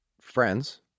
friends